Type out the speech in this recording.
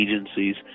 agencies